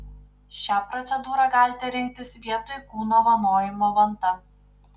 šią procedūrą galite rinktis vietoj kūno vanojimo vanta